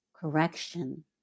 Correction